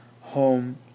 home